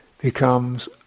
becomes